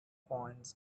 coins